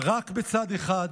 רק בצד אחד